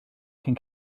cyn